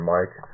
Mike